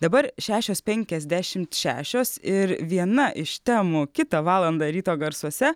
dabar šešios penkiasdešimt šešios ir viena iš temų kitą valandą ryto garsuose